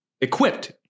equipped